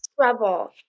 trouble